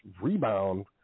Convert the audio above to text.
rebound